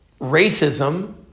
racism